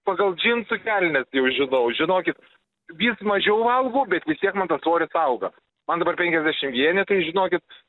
pagal džinsų kelnes jau žinau žinokit vis mažiau valgau bet vis tiek man tas svoris auga man dabar penkiasdešim vieni tai žinokit